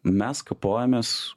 mes kapojomės